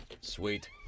Sweet